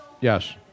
Yes